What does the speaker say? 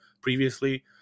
previously